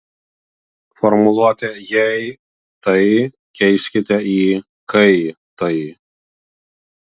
formuluotę jei tai keiskite į kai tai